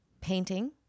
painting